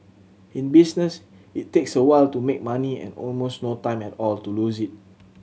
in business it takes a while to make money and almost no time at all to lose it